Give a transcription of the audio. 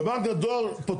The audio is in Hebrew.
בבנק הדואר פותחים לכולם.